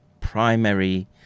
primary